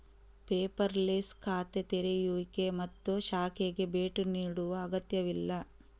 paperless ಖಾತೆ ತೆರೆಯುವಿಕೆ ಮತ್ತು ಶಾಖೆಗೆ ಭೇಟಿ ನೀಡುವ ಅಗತ್ಯವಿಲ್ಲ